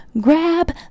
grab